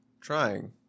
Trying